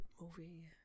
movie